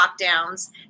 lockdowns